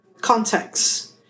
context